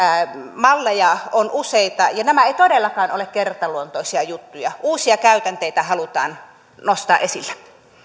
malleja on useita ja nämä eivät todellakaan ole kertaluontoisia juttuja uusia käytänteitä halutaan nostaa esille